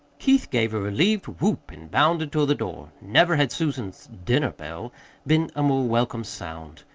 keith gave a relieved whoop and bounded toward the door. never had susan's dinner-bell been a more welcome sound.